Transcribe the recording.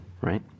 right